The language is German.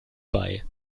bei